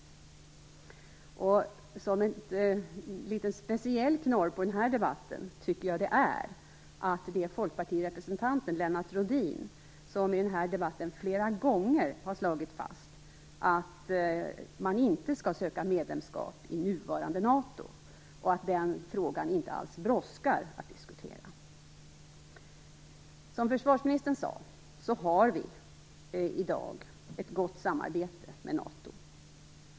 Jag tycker att det ger en speciell knorr åt denna debatt att folkpartirepresentanten, Lennart Rohdin, flera gånger har slagit fast att vi inte skall söka medlemskap i nuvarande NATO och att det inte alls brådskar att diskutera den frågan. Som försvarsministern sade har vi i dag ett gott samarbete med NATO.